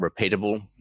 repeatable